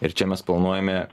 ir čia mes planuojame